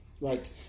Right